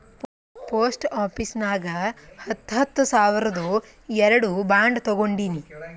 post office ನಾಗ್ ಹತ್ತ ಹತ್ತ ಸಾವಿರ್ದು ಎರಡು ಬಾಂಡ್ ತೊಗೊಂಡೀನಿ